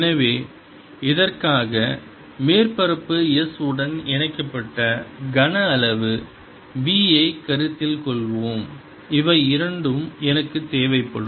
எனவே இதற்காக மேற்பரப்பு S உடன் இணைக்கப்பட்ட கன அளவு V ஐ கருத்தில் கொள்வோம் இவை இரண்டும் எனக்குத் தேவைப்படும்